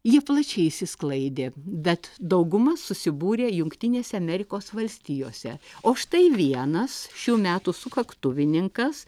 ji plačiai išsisklaidė bet dauguma susibūrė jungtinėse amerikos valstijose o štai vienas šių metų sukaktuvininkas